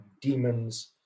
demons